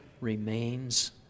remains